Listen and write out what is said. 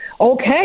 Okay